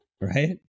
Right